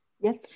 Yes